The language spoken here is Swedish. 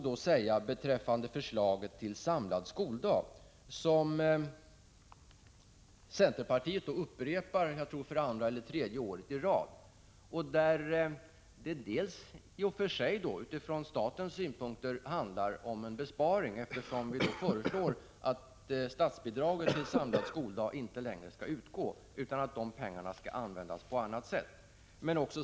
Det förslag till samlad skoldag som centerpartiet upprepar för andra eller tredje året i rad handlar om en besparing för statens del, eftersom vi föreslår att statsbidraget till samlad skoldag inte längre skall utgå utan att de pengarna skall användas på annat sätt.